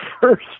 first